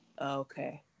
Okay